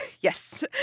yes